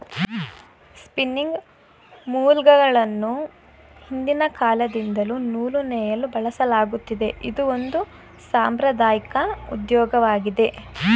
spinning ಮೂಲ್ಗಳನ್ನು ಹಿಂದಿನ ಕಾಲದಿಂದಲ್ಲೂ ನೂಲು ನೇಯಲು ಬಳಸಲಾಗತ್ತಿದೆ, ಇದು ಒಂದು ಸಾಂಪ್ರದಾಐಕ ಉದ್ಯೋಗವಾಗಿದೆ